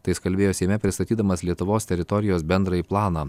tai jis kalbėjo seime pristatydamas lietuvos teritorijos bendrąjį planą